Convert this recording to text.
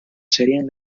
serien